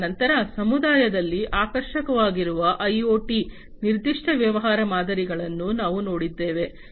ಅದರ ನಂತರ ಸಮುದಾಯದಲ್ಲಿ ಆಕರ್ಷಕವಾಗಿರುವ ಐಒಟಿ ನಿರ್ದಿಷ್ಟ ವ್ಯವಹಾರ ಮಾದರಿಗಳನ್ನು ನಾವು ನೋಡಿದ್ದೇವೆ